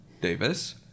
Davis